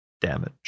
damage